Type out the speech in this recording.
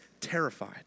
terrified